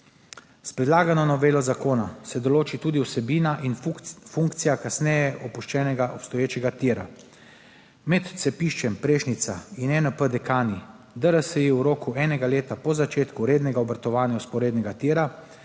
S predlagano novelo zakona se določi tudi vsebina in funkcija kasneje opuščenega obstoječega tira. Med cepiščem Prešnica in ENP Dekani DRSI v roku enega leta po začetku rednega obratovanja vzporednega tira